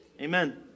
Amen